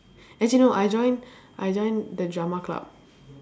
actually no I join I join the drama club